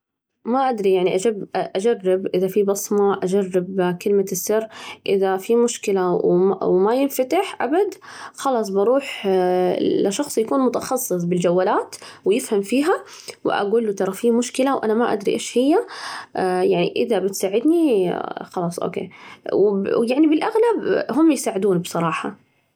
ما أدري، يعني أجرب أجرب إذا في بصمة، أجرب كلمة السر، إذا في مشكلة و ما وما ينفتح أبد، خلاص بروح لشخص يكون متخصص بالجوالات ويفهم فيها، وأجول له ترى في مشكلة وأنا ما أدري إيش هي، يعني إذا يساعدني خلاص أوكي، ويعني بالاغلب هم يساعدون بصراحة.